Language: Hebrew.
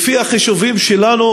לפי החישובים שלנו,